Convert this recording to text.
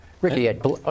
Ricky